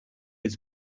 its